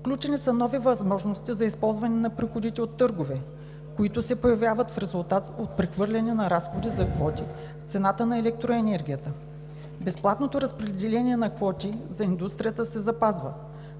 Включени са нови възможности за използване на приходите от търгове, които се появяват в резултат от прехвърлянето на разходи за квоти в цената на електроенергията. Безплатното разпределение на квоти за индустрията се запазва,